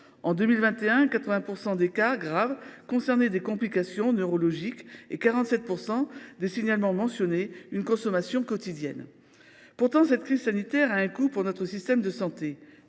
En 2021, 80 % des cas graves avaient trait à des complications neurologiques, et 47 % des signalements mentionnaient une consommation quotidienne. Cette crise sanitaire a un coût pour notre système de santé.